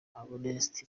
amnesty